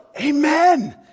amen